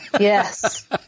Yes